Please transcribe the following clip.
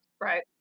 Right